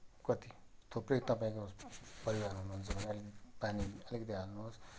कति थुप्रै तपाईँको परिवार हुनुहुन्छ भने अलिक पानी अलिकति हाल्नुहोस्